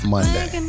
Monday